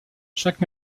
chaque